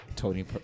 Tony